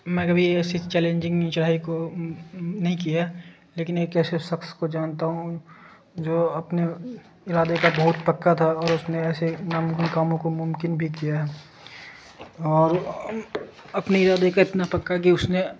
میں کبھی ایسی چیلنجنگ چڑھائی کو نہیں کیا لیکن ایک کیسے شخص کو جانتا ہوں جو اپنے ارادے کا بہت پکا تھا اور اس نے ایسے نامن کاموں کو ممکن بھی کیا ہے اور اپنے ارادے کا اتنا پکا کہ اس نے